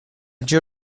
geo